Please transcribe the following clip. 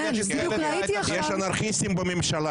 יש אנרכיסטים בממשלה.